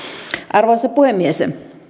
arvoisa puhemies